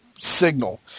signal